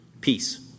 Peace